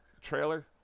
trailer